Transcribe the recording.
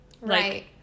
Right